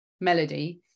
melody